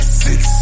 six